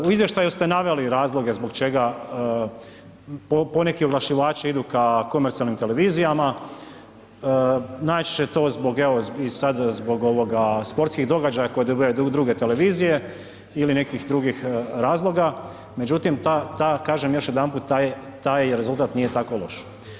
U izvještaju ste naveli razloge zbog čega poneki oglašivači idu ka komercionalnim televizijama, najčešće je to zbog evo i sad zbog ovoga sportskih događaja koje dobivaju druge televizije ili nekih drugih razloga, međutim ta, ta, kažem još jedanput taj, taj rezultat nije tako loš.